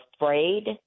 afraid